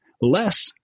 less